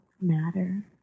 matter